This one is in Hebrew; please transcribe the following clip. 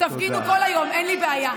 תפגינו כל היום, אין לי בעיה.